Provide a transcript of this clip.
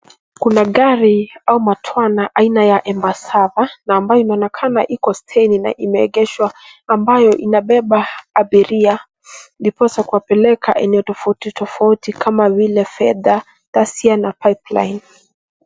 Kuna gari au matwana aina ya Embassava na ambayo inaonekana iko steji na imeegeshwa; ambayo inabeba abiria ndiposa kuwapeleka eneo tofauti tofauti kama vile Fedha, Taasia na Pipeline.